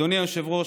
אדוני היושב-ראש,